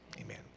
amen